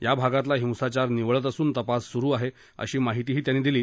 या भागातला हिंसाचार निवळत असून तपास सुरू आहे अशी माहितीही त्यांनी दिली